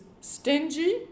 stingy